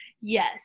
Yes